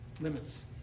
limits